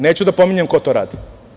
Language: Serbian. Neću da pominjem ko to radi.